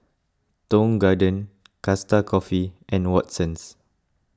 Tong Garden Costa Coffee and Watsons